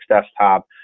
desktop